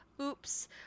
oops